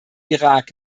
irak